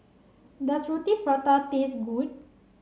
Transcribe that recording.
does Roti Prata taste good